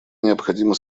необходимо